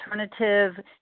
alternative